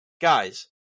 Guys